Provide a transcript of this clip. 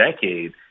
decade